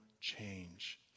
change